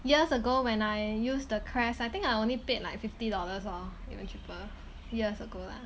years ago when I use the Crest I think I only paid like fifty dollars or even cheaper years ago lah